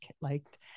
liked